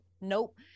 nope